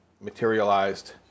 materialized